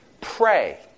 pray